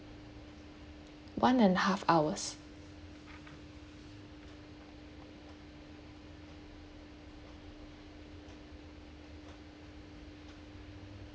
one and half hours